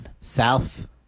South